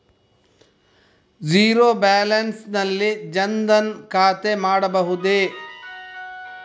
Zero balance ನಲ್ಲಿ ಜನ್ ಧನ್ ಖಾತೆ ಮಾಡಬಹುದೇ?